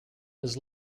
his